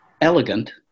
elegant